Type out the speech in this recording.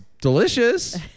delicious